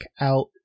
out